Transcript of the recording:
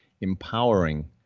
empowering